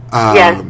Yes